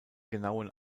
genauen